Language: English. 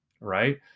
right